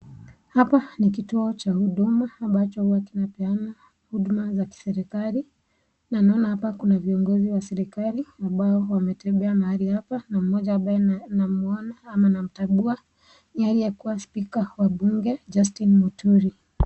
Hapa ni kituo cha huduma ambacho huwa kinapeana huduma ya kiserikali, na ninaona hapa viongozi wa serekali ambao wametembea mahali hapa, moja namuona ama namtambua, yeye kuwa spika wa bunge Justine Muturi.